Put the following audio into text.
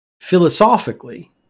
Philosophically